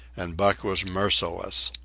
and buck was merciless.